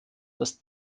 dass